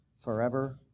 forever